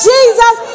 Jesus